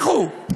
לכו.